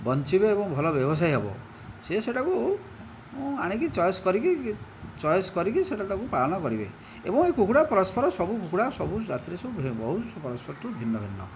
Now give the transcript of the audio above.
ବଞ୍ଚିବେ ଏବଂ ଭଲ ବ୍ୟବସାୟ ହେବ ସେ ସେ'ଟାକୁ ଆଣିକି ଚଏସ କରିକି ଚଏସ କରିକି ସେ'ଟା ତାକୁ ପାଳନ କରିବେ ଏବଂ ଏ କୁକୁଡ଼ା ପରସ୍ପର ସବୁ କୁକୁଡ଼ା ସବୁ ଜାତିରେ ସବୁ ବହୁତ ପରସ୍ପରଠାରୁ ଭିନ୍ନ ଭିନ୍ନ